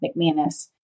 McManus